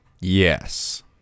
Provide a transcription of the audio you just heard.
Yes